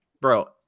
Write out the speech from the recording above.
bro